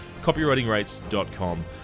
CopywritingRates.com